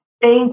Thank